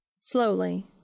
Slowly